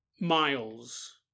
Miles